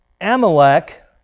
Amalek